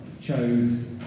chose